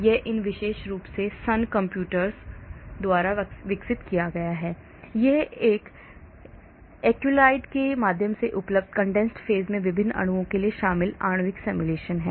यह इन विशेष रूप से Sun computers द्वारा विकसित किया गया है जो एक्यूलेराइड के माध्यम से उपलब्ध condensed phase में विभिन्न अणुओं के लिए शामिल आणविक सिमुलेशन में है